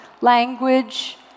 language